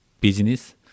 business